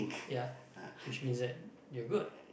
ya which means that you're good